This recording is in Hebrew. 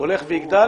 הולך וגדל.